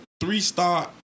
three-star